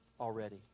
already